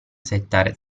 setta